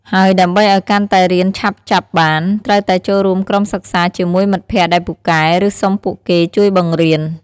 ហើយដើម្បីអោយកាន់តែរៀនឆាប់ចាប់បាន ត្រូវតែចូលរួមក្រុមសិក្សាជាមួយមិត្តភក្តិដែលពូកែ ឬសុំពួកគេជួយបង្រៀន។